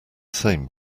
same